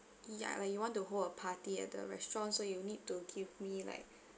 ya like you want to hold a party at the restaurant so you need to give me like